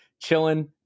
chilling